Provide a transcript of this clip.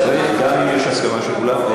צריך, גם אם יש הסכמה של כולם?